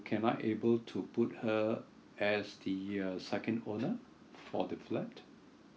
can I able to put her as the uh second owner for the flat